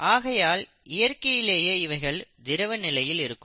ஆகையால் இயற்கையிலேயே இவைகள் திரவ நிலையில் இருக்கும்